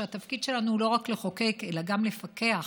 שתפקידנו הוא לא רק לחוקק אלא גם לפקח